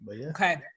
Okay